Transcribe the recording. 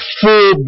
full